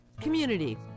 Community